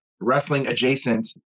wrestling-adjacent